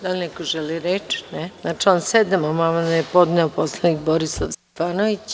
Da li neko želi reč? (Ne.) Na član 7. amandman je podneo poslanik Borislav Stefanović.